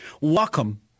Welcome